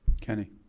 Kenny